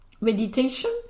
meditation